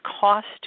cost